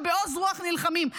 ובעוז רוח נלחמים?